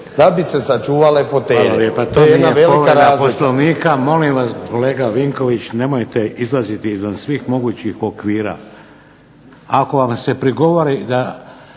da bi se sačuvale fotelje.